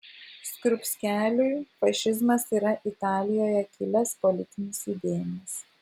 skrupskeliui fašizmas yra italijoje kilęs politinis judėjimas